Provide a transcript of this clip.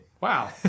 wow